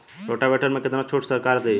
Rotavator में कितना छूट सरकार देही?